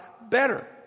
better